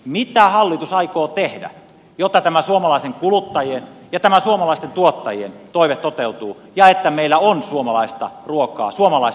mitä hallitus aikoo tehdä jotta tämä suomalaisten kuluttajien ja suomalaisten tuottajien toive toteutuu ja että meillä on suomalaista ruokaa suomalaista työtä